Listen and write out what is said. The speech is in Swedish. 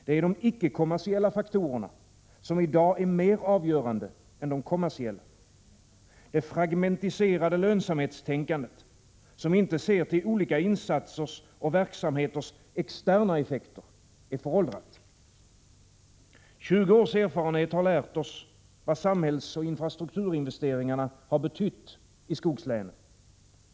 Det är de icke-kommersiella faktorerna som i dag är mer avgörande än de kommersiella. Det fragmentiserade lönsamhetstänkandet, som inte ser till olika insatsers och verksamheters externa effekter, är föråldrat. 20 års erfarenhet har lärt oss vad samhällsoch infrastrukturinvesteringarna har betytt i skogslänen.